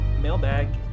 Mailbag